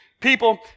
people